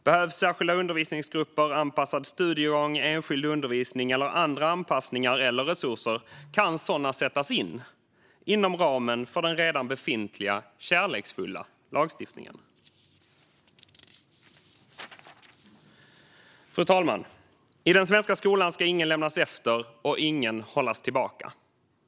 Behövs särskilda undervisningsgrupper, anpassad studiegång, enskild undervisning eller andra anpassningar eller resurser kan sådana sättas in inom ramen för den redan befintliga, kärleksfulla lagstiftningen. Fru talman! I den svenska skolan ska ingen lämnas efter och ingen hållas tillbaka.